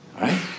right